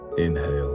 inhale